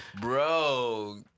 Bro